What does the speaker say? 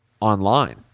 online